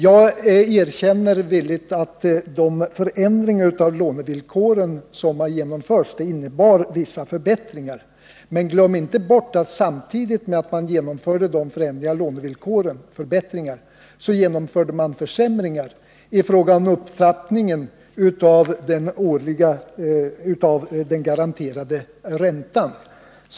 Jag erkänner villigt att de förändringar i lånevillkoren som har genomförts innebär vissa förbättringar. Men glöm inte bort att samtidigt som man genomförde dem genomförde man också försämringar i fråga om upptrappningen av den garanterade räntan!